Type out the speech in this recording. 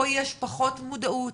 פה יש פחות מודעות,